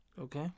Okay